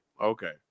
Okay